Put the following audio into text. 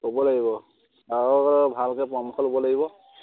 ক'ব লাগিব আৰু ভালকৈ পৰামৰ্শ ল'ব লাগিব